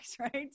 right